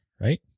right